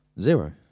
Zero